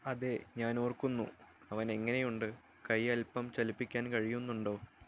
അതെ ഞാൻ ഓർക്കുന്നു അവൻ എങ്ങനെയുണ്ട് കൈ അൽപ്പം ചലിപ്പിക്കാൻ കഴിയുന്നുണ്ടോ